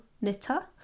knitter